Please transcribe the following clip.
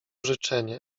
życzenie